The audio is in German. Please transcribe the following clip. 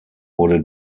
wurde